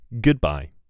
Goodbye